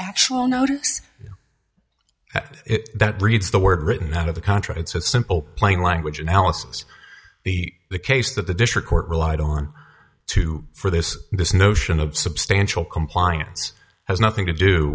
actual notice that reads the word written out of the contract so simple plain language analysis the the case that the district court relied on too for this this notion of substantial compliance has nothing to do